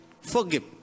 forgive